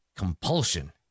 compulsion